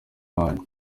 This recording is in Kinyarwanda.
wanyu